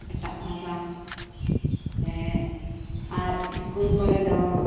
ᱮᱴᱟᱜ ᱵᱷᱟᱥᱟ ᱟᱨ ᱥᱠᱩᱞ ᱠᱚᱨᱮ ᱫᱚ